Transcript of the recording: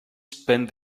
spent